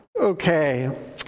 Okay